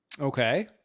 okay